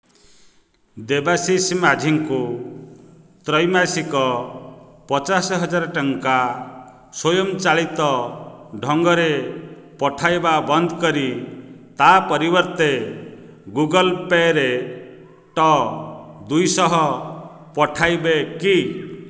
ଦେବାଶିଷ ମାଝୀଙ୍କୁ ତ୍ରୈମାସିକ ପଚାଶ ହଜାର ଟଙ୍କା ସ୍ୱୟଂ ଚାଳିତ ଢଙ୍ଗରେ ପଠାଇବା ବନ୍ଦ କରି ତା ପରିବର୍ତ୍ତେ ଗୁଗଲ୍ ପେରେ ଟ ଦୁଇ ଶହ ପଠାଇବେ କି